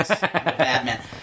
Batman